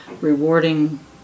rewarding